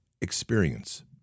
experience